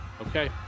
Okay